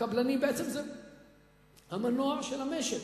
הקבלנים הם בעצם המנוע של המשק.